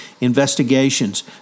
investigations